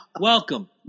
welcome